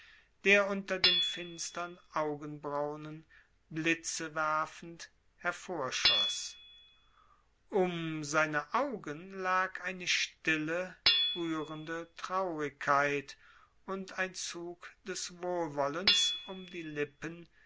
der unter den finstern augenbraunen blitzewerfend hervorschoß um seine augen lag eine stille rührende traurigkeit und ein zug des wohlwollens um die lippen